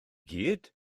gyd